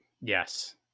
Yes